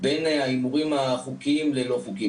בין ההימורים החוקיים ללא חוקיים.